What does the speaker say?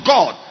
God